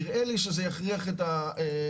נראה לי שזה יכריח את המציאות,